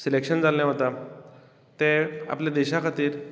selection जाल्ले वता ते आपले देशा खातीर